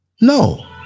No